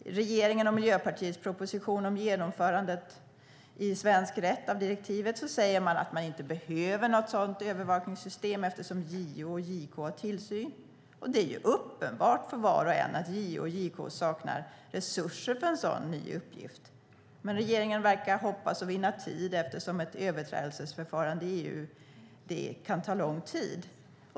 I regeringens och Miljöpartiets proposition om genomförandet av direktivet i svensk rätt säger man att det inte behövs något sådant övervakningssystem eftersom JO och JK har tillsyn. Det är ju uppenbart för var och en att JO och JK saknar resurser för en sådan ny uppgift. Men regeringen verkar hoppas vinna tid eftersom ett överträdelseförfarande i EU kan ta lång tid.